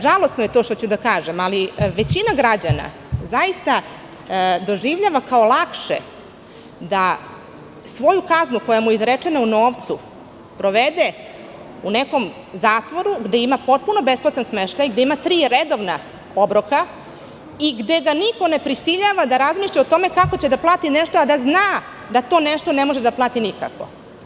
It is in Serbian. Žalosno je to što ću da kažem, ali većina građana zaista doživljava kao lakše da svoju kaznu koja mu je izrečena u novcu provede u nekom zatvoru, gde ima potpuno besplatan smeštaj, gde ima tri redovna obroka i gde ga niko ne prisiljava da razmišlja o tome kako će da plati nešto, a da zna da to nešto ne može da plati nikako.